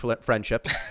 friendships